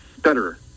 better